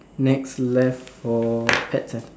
next left for pets centre